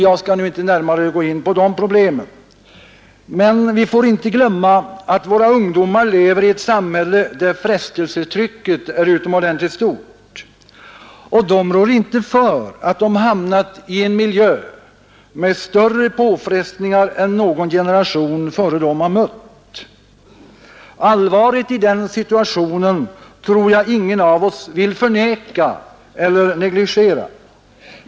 Jag skall nu inte närmare gå in på de problemen, men vi får inte glömma att våra ungdomar lever i ett samhälle där frestelsetrycket är utomordentligt stort. De rår inte för att de hamnat i en miljö med större påfrestningar än någon generation före dem har mött. Allvaret i den situationen tror jag ingen av oss vill förneka eller negligera.